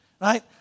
right